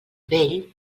vell